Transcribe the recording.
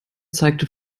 zeigte